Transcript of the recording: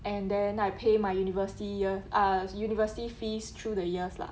and then I pay my university years uh university fees through the years lah